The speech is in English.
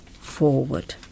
forward